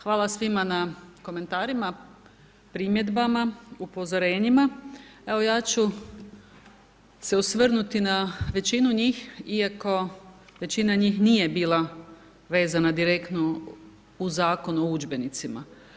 Hvala svima na komentarima, primjedbama, upozorenjima, evo ja ću se osvrnuti na većinu njih, iako većina njih nije bila vezana direktno uz Zakon o udžbenicima.